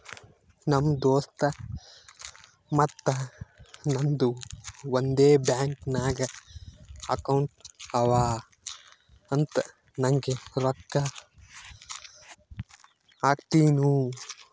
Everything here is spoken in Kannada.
ನಮ್ ದೋಸ್ತ್ ಮತ್ತ ನಂದು ಒಂದೇ ಬ್ಯಾಂಕ್ ನಾಗ್ ಅಕೌಂಟ್ ಅವಾ ಅಂತ್ ನಂಗೆ ರೊಕ್ಕಾ ಹಾಕ್ತಿನೂ